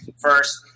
first